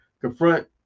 confront